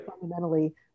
fundamentally